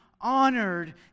Honored